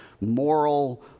moral